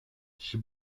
she